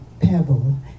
pebble